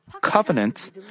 covenants